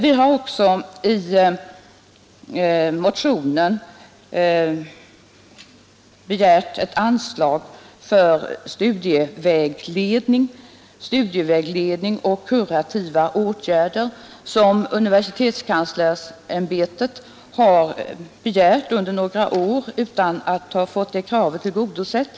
Vi har också i motionen föreslagit ett anslag för studievägledning och kurativa åtgärder som universitetskanslersämbetet har begärt under några år utan att få kravet tillgodosett.